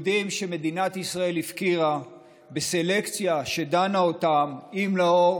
יהודים שמדינת ישראל הפקירה בסלקציה שדנה אותם אם לאור